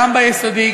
גם ביסודי,